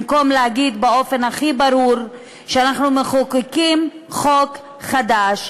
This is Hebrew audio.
במקום להגיד באופן הכי ברור שאנחנו מחוקקים חוק חדש,